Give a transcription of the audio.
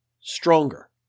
stronger